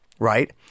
Right